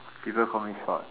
people call me short